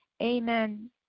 amen